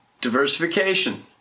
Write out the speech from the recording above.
diversification